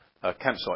campsite